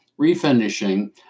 refinishing